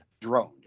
drone